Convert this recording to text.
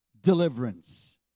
deliverance